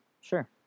Sure